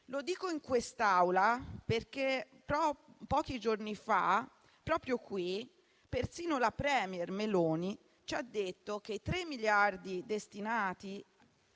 Lo dico in quest'Aula, perché pochi giorni fa, proprio qui, persino la *premier* Meloni ci ha detto che i tre miliardi destinati